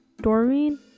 Doreen